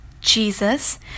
Jesus